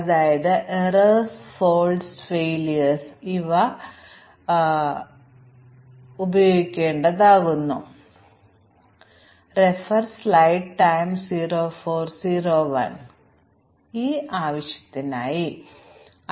arithmetic ഓപ്പറേറ്ററുടെ മാറ്റിസ്ഥാപിക്കൽ ഒരു വേരിയബിൾ മാറ്റിസ്ഥാപിക്കൽ a b c എഴുതുന്നതിനുപകരം ഒരു പ്രോഗ്രാമർ a d c എഴുതിയേക്കാവുന്ന ഒരു സാധാരണ പ്രോഗ്രാമിംഗ് പിശക് കൂടിയാണിത്